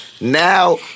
now